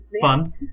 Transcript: fun